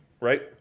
Right